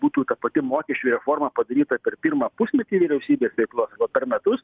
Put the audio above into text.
būtų ta pati mokesčių reforma padaryta per pirmą pusmetį vyriausybės veiklos arba per metus